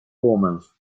omens